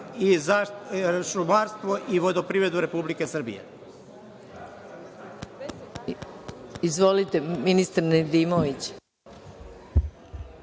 šumarstvo i vodoprivredu Republike Srbije.